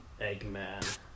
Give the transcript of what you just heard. Eggman